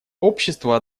общества